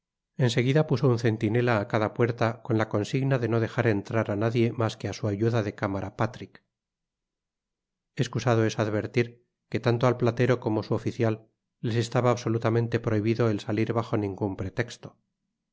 en seguida puso un centinela á cada puerta con la consigna de no dejar entrar á nadie mas que á su ayuda de cámara patrik escusado es advertir que tanto al platero como su oficial les estaba absolutamente prohibido el salir bajo ningun pretesto